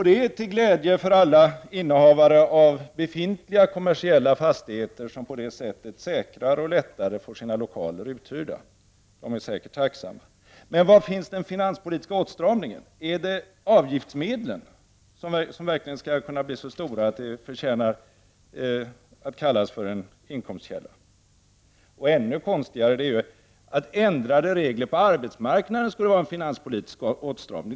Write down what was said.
Det är till glädje för alla innehavare av befintliga kommersiella fastigheter som på det sättet säkrare och lättare får sina lokaler uthyrda. De är säkert tacksamma. Men var finns den finanspolitiska åtstramningen? Är det verkligen avgiftsmedlen som skall bli så stora att de förtjänar att kallas för en inkomstkälla? Ännu konstigare är att ändrade regler på arbetsmarknaden skulle vara en finanspolitisk åtstramning.